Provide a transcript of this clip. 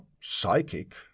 psychic